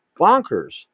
bonkers